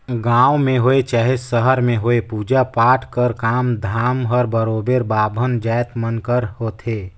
गाँव में होए चहे सहर में होए पूजा पाठ कर काम धाम हर बरोबेर बाभन जाएत मन कर होथे